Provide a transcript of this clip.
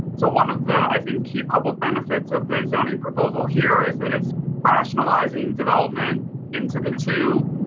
so, one of the, i think key public benefits of the zoning proposal here is that it's rationalizing development into the two.